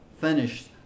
finished